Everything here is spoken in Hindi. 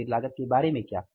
स्थिर लागत के बारे में क्या